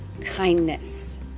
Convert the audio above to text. kindness